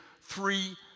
three